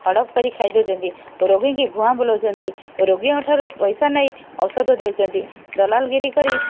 ହଡ଼ପ କରି ଖାଇଦେଉଛନ୍ତି ରୋଗୀଙ୍କି ଭୁଆଁ ବୁଲାଉଛନ୍ତି ରୋଗୀଙ୍କଠାରୁ ପଇସା ନେଇ ଔଷଧ ଦେଉଛନ୍ତି ଦଲାଲଗିରୀ କରି